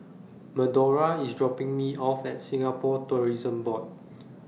Medora IS dropping Me off At Singapore Tourism Board